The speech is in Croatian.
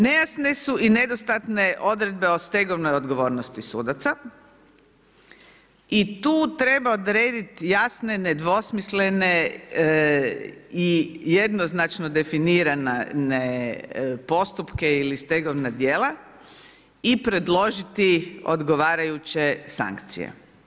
Nejasne su i nedostatne odredbe o stegovnoj odgovornosti sudaca i tu treba odrediti jasne nedvosmislene i jednoznačno definirane postupke ili stegovna djela i predložiti odgovarajuće sankcije.